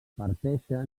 parteixen